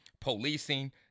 policing